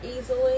easily